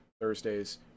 Thursdays